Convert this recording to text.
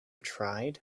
tried